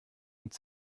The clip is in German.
und